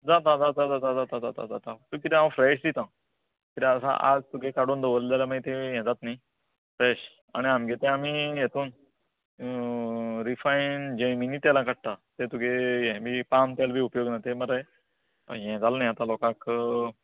जाता जाता जाता जाता जाता जाता जाता किदें हांव फ्रेश दिता किद्या सांग आज तुगें काडून दवरल्लें जाल्या माई तें ह्यें जाता न्ही फ्रेश आनी आमगें तें आमी हेतून रिफायंड डॅमिनी तेलां काडटा तें तुगें ह्यें बी पाम तेलां बी उपयोग ना ते मरे ह्ये जाल् न्ही लोकांक